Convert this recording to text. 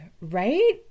right